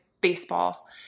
baseball